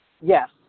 Yes